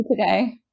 today